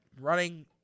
running